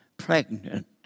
pregnant